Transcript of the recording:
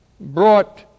brought